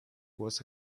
was